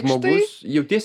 žmogus jautiesi